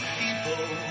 people